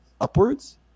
upwards